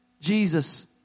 Jesus